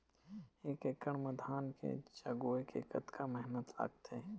एक एकड़ म धान के जगोए के कतका मेहनती लगथे?